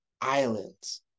islands